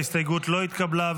ההסתייגות לא התקבלה.